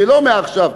ולא מעכשיו,